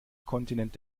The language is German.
kontinent